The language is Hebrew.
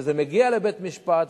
וכשזה מגיע לבית-משפט,